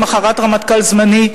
למחרת רמטכ"ל זמני,